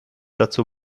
dazu